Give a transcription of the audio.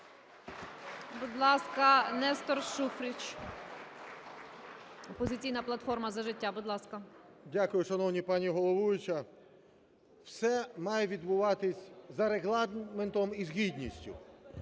Дякую, шановна пані головуюча. Все має відбуватися за Регламентом і з гідністю.